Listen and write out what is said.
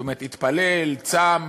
זאת אומרת, התפלל, צם,